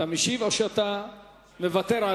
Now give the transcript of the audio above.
אתה משיב או שאתה מוותר?